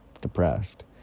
Depressed